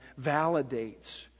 validates